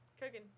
Cooking